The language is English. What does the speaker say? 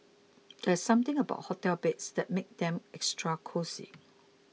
there's something about hotel beds that makes them extra cosy